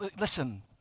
listen